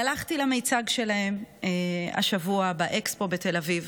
הלכתי למיצג שלהם השבוע באקספו בתל אביב.